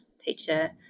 teacher